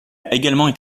également